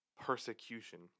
persecution